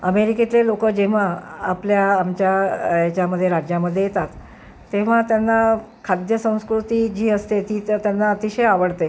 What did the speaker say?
अमेरिकेतले लोकं जेव्हा आपल्या आमच्या याच्यामध्ये राज्यामध्ये येतात तेव्हा त्यांना खाद्यसंस्कृती जी असते ती तर त्यांना अतिशय आवडते